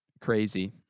crazy